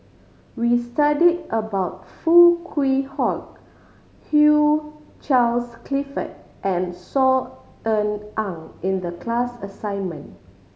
we studied about Foo Kwee Horng Hugh Charles Clifford and Saw Ean Ang in the class assignment